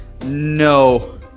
No